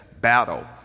battle